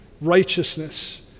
righteousness